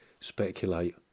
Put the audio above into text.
speculate